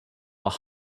were